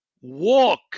walk